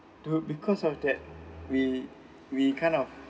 do you because of that we we kind of